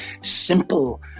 simple